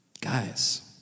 Guys